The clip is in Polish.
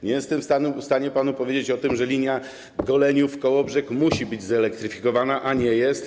Nie jestem w stanie panu powiedzieć o tym, że linia Goleniów - Kołobrzeg musi być zelektryfikowana, a nie jest.